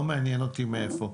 לא מעניין אותי מאיפה.